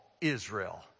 Israel